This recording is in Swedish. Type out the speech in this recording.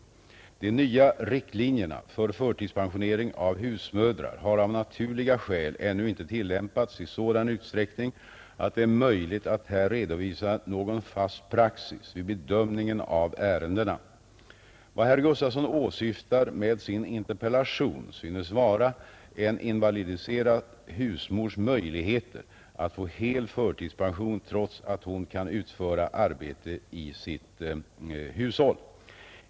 De nya riktlinjerna för förtidspensionering av husmödrar har av naturliga skäl ännu inte tillämpats i sådan utsträckning att det är möjligt att här redovisa någon fast praxis vid bedömningen av ärendena. Vad herr Gustavsson åsyftar med sin interpellation synes vara en invalidiserad husmors möjligheter att få hel förtidspension trots att hon kan utföra arbete i sitt hushåll.